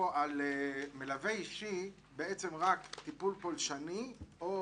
בזכאות לליווי - מלווה אישי רק בטיפול פלשני או